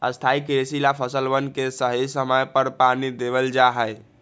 स्थाई कृषि ला फसलवन के सही समय पर पानी देवल जा हई